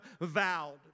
vowed